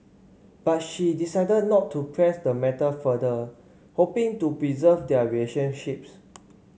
but she decided not to press the matter further hoping to preserve their relationships